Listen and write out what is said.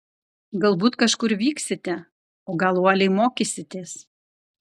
galbūt kažkur vyksite o gal uoliai mokysitės